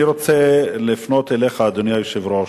אני רוצה לפנות אליך, אדוני היושב-ראש,